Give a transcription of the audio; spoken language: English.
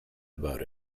about